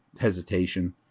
hesitation